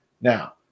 Now